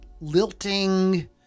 lilting